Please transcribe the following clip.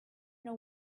know